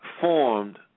formed